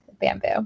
bamboo